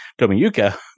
Tomiyuka